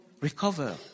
recover